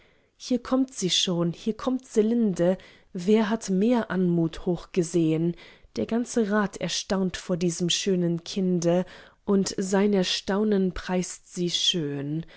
hier kömmt sie schon hier kömmt selinde wer hat mehr anmut noch gesehen der ganze rat erstaunt vor diesem schönen kinde und sein erstaunen preist sie schön